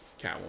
catwoman